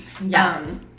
yes